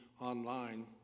online